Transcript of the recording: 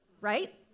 right